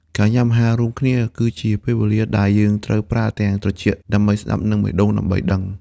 ការញ៉ាំអាហាររួមគ្នាគឺជាពេលវេលាដែលយើងត្រូវប្រើទាំងត្រចៀកដើម្បីស្ដាប់ និងបេះដូងដើម្បីដឹង។